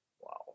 Wow